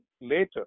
later